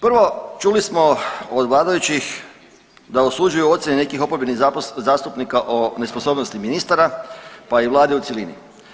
Prvo, čuli smo od vladajućih da osuđuju ocjene nekih oporbenih zastupnika o nesposobnosti ministara pa i vlade u cjelini.